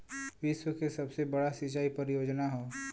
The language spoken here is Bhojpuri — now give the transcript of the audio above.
विश्व के सबसे बड़ा सिंचाई परियोजना हौ